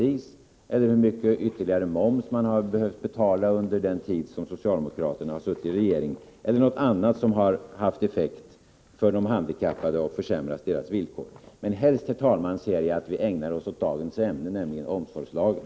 Han kan också upplysa om hur mycket mera moms de har behövt betala under den tid som socialdemokraterna har suttit i regeringen eller om något annat som har haft effekt för de handikappade och försämrat deras villkor. Men, herr talman, helst ser jag att vi ägnar oss åt dagens ämne, nämligen omsorgslagen.